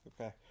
Okay